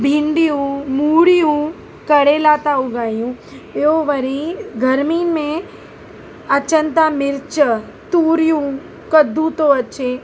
भिंडियूं मूरियूं करेला था उगायूं ॿियो वरी गर्मी में अचनि था मिर्च तुरियूं कदू थो अचे